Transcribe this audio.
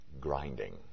grinding